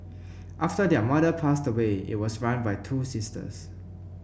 after their mother passed away it was run by two sisters